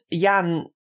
Jan